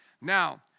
Now